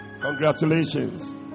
Congratulations